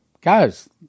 Guys